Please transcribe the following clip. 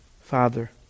father